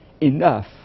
enough